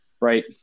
Right